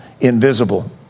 invisible